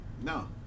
No